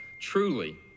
truly